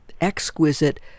exquisite